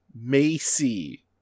Macy